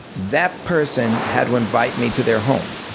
that person had to invite me to their home.